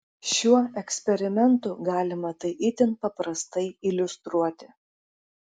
šiuo eksperimentu galima tai itin paprastai iliustruoti